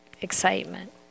excitement